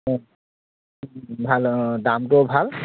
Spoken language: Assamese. অঁ ভাল অঁ দামটোও ভাল